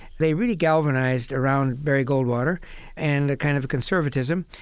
they really galvanized around barry goldwater and the kind of conservatism.